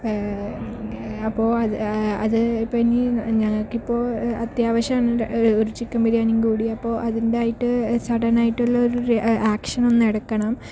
അപ്പോൾ അത് അത് ഇപ്പോൾ ഇനി ഞങ്ങക്കിപ്പോൾ അത്യാവശ്യം ഉണ്ട് ഒരു ചിക്കൻ ബിരിയാണിം കൂടിയപ്പോൾ അതിൻ്റെ ആയിട്ട് സഡൻ ആയിട്ടുള്ളൊരു ആക്ഷൻ ഒന്ന് എടുക്കണം